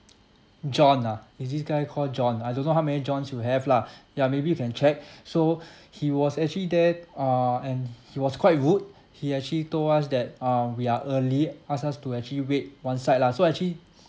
john ah is this guy called john I don't know how many johns you have lah ya maybe you can check so he was actually there uh and he was quite rude he actually told us that uh we are early asked us to actually wait one side lah so actually